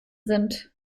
sind